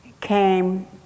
came